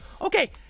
Okay